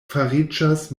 fariĝas